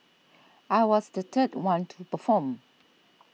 I was the third one to perform